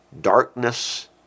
darkness